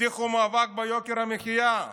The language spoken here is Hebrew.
הבטיחו מאבק ביוקר המחיה.